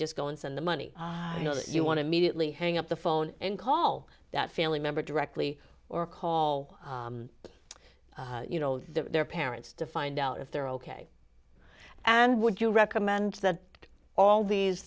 just go and send the money you know if you want to mediately hang up the phone and call that family member directly or call you know their parents to find out if they're ok and would you recommend that all these